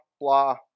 blah